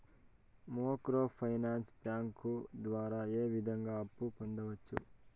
micro finance bank ద్వారా ఏ విధంగా అప్పు పొందొచ్చు